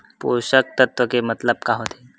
पोषक तत्व के मतलब का होथे?